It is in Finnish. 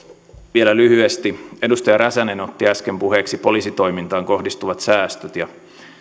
vielä lyhyesti edustaja räsänen otti äsken puheeksi poliisitoimintaan kohdistuvat säästöt ja